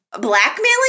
blackmailing